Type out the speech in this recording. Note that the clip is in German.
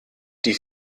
die